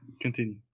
continue